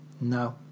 No